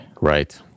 Right